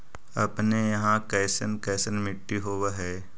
अपने यहाँ कैसन कैसन मिट्टी होब है?